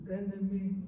enemy